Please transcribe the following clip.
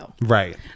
Right